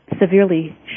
severely